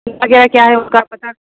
क्या है क्या है उसका पता